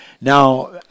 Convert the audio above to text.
Now